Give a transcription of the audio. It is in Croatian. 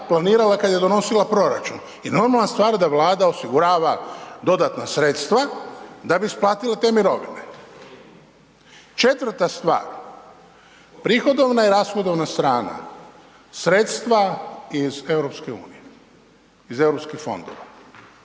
planirala kad je donosila proračun i normalna stvar da Vlada osigurava dodatna sredstva da bi isplatila te mirovine. Četvrta stvar, prihodovna i rashodovna strana, sredstva iz EU-a, iz europskih fondova.